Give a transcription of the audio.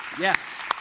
Yes